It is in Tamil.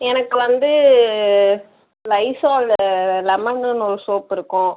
எனக்கு வந்து லைஸால்லில் லெமனுன்னு ஒரு சோப் இருக்கும்